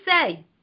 say